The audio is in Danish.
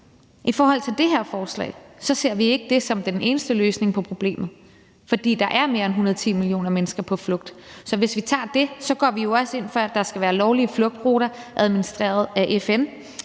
I forhold til det her forslag ser vi ikke det som den eneste løsning på problemet, fordi der er mere end 110 millioner mennesker på flugt. Så hvis vi tager det, vil jeg sige, at vi jo også går ind for, at der skal være lovlige flugtruter administreret af FN,